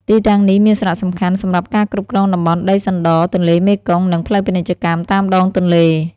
ទីតាំងនេះមានសារៈសំខាន់សម្រាប់ការគ្រប់គ្រងតំបន់ដីសណ្តទន្លេមេគង្គ និងផ្លូវពាណិជ្ជកម្មតាមដងទន្លេ។